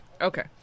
Okay